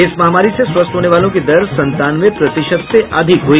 इस महामारी से स्वस्थ होने वालों की दर संतानवे प्रतिशत से अधिक हुई